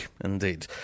indeed